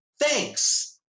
Thanks